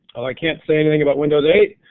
although i can't say anything about windows eight.